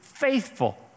faithful